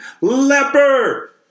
leper